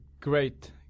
great